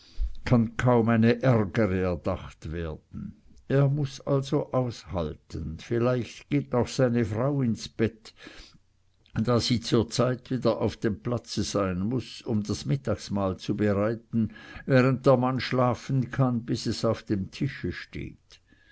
kann kaum eine ärgere erdacht werden er muß also aushalten vielleicht geht auch seine frau ins bett da sie zur zeit wieder auf dem platz sein muß um das mittagsmahl zu bereiten während der mann schlafen kann bis es auf dem tische steht